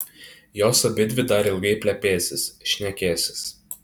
jos abidvi dar ilgai plepėsis šnekėsis